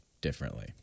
differently